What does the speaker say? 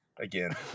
Again